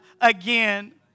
again